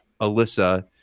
Alyssa